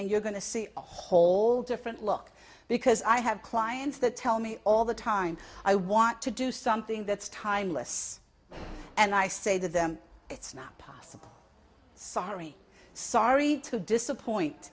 and you're going to see a whole different look because i have clients that tell me all the time i want to do something that's timeless and i say to them it's now past sorry sorry to disappoint